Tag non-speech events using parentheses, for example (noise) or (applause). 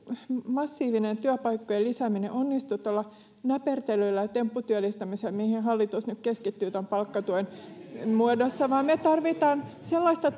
massiivinen työpaikkojen lisääminen ei valitettavasti onnistu tuolla näpertelyllä ja tempputyöllistämisellä mihin hallitus nyt keskittyy palkkatuen muodossa vaan me tarvitsemme sellaista (unintelligible)